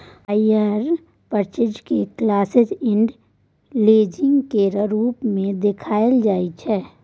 hire purchase केँ close end leasing केर रूप मे देखाएल जाइ छै